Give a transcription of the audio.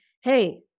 hey